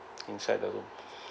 inside the room